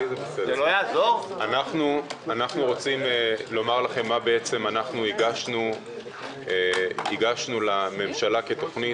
אנחנו רוצים לומר לכם מה הגשנו לממשלה כתוכנית,